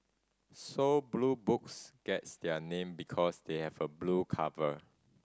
so Blue Books gets their name because they have a blue cover